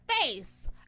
face